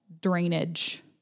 drainage